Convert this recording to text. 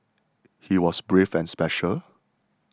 he was brave and special